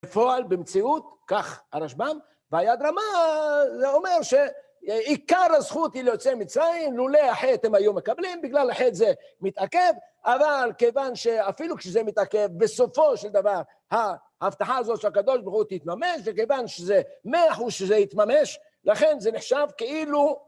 בפועל, במציאות, כך הרשב"ם, והיד רמה, זה אומר שעיקר הזכות היא ליוצאי מצרים, לולא החטא הם היו מקבלים, בגלל החטא זה מתעכב, אבל כיוון שאפילו כשזה מתעכב, בסופו של דבר ההבטחה הזאת של הקדוש ברוך הוא תתממש, וכיוון שזה מאה אחוז שזה יתממש, לכן זה נחשב כאילו...